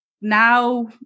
now